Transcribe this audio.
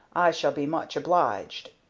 shall be much obliged.